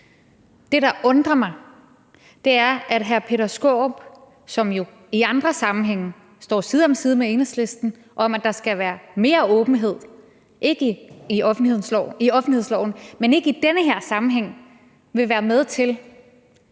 Det, der undrer mig, er, at hr. Peter Skaarup, som jo i andre sammenhænge står side om side med Enhedslisten om, at der skal være mere åbenhed i offentlighedsloven, ikke i den her sammenhæng vil være med til,